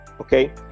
Okay